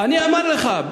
אני אומר לך,